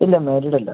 ഇല്ല മാരീഡ് അല്ല